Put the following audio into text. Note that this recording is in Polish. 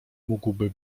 mógłby